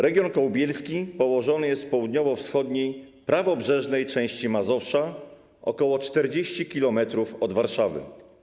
Region kołbielski położony jest w południowo-wschodniej prawobrzeżnej części Mazowsza, ok. 40 km od Warszawy.